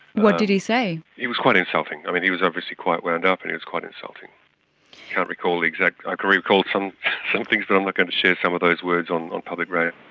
what did he say? he was quite insulting, i mean, he was obviously quite wound up, and he was quite insulting. i can't recall the exact, i can recall some some things, but i'm not going to share some of those words on on public radio.